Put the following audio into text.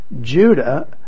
Judah